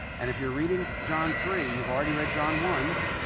and if you're reading john three, you've already read john one,